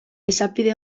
esapide